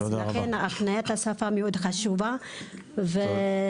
ולכן הקניית השפה חשובה מאוד.